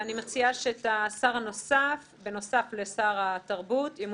אנחנו חושבים שההפחתה הזו אינה מידתית לבטל את